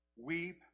weep